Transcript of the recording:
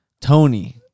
Tony